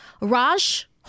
Raj